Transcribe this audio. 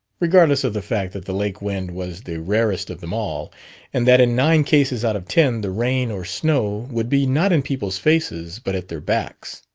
regardless of the fact that the lake wind was the rarest of them all and that in nine cases out of ten the rain or snow would be not in people's faces but at their backs.